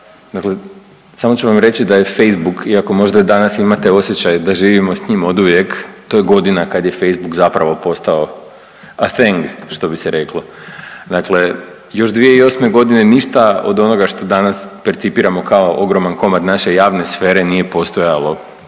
dakle samo ću vam reći da je Facebook iako možda danas imate osjećaj da živimo s njim oduvijek, kad je Facebook zapravo postao atheng što bi se reklo. Dakle, još 2008. ništa od onoga što danas percipiramo kao ogroman komad naše javne sfere nije postojalo,